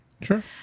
Sure